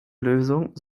lösung